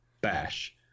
bash